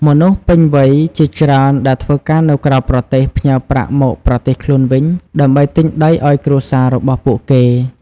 មនុស្សពេញវ័យជាច្រើនដែលធ្វើការនៅក្រៅប្រទេស ផ្ញើប្រាក់មកប្រទេសខ្លួនវិញ ដើម្បីទិញដីឱ្យគ្រួសាររបស់ពួកគេ។